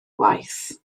gwaith